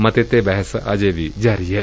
ਮਤੇ ਤੇ ਬਹਿਸ ਅਜੇ ਜਾਰੀ ਏ